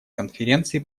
конференции